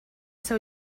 seu